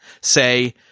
say